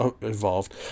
evolved